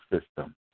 system